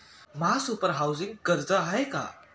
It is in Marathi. महासुपर हाउसिंग कर्ज आहे का?